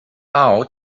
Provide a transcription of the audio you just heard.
out